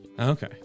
Okay